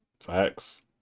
Facts